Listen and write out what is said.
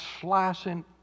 slicing